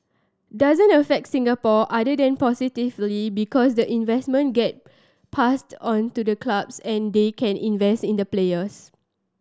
doesn't affect Singapore other than positively because the investment get passed on to the clubs and they can invest in the players